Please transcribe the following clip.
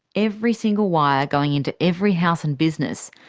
every single wire going into every house and business,